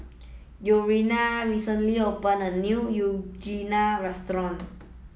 Urijah recently opened a new Unagi Restaurant